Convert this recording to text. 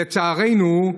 לצערנו,